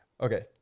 okay